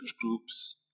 groups